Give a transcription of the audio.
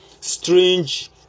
Strange